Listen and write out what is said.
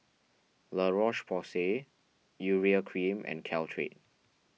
La Roche Porsay Urea Cream and Caltrate